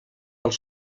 als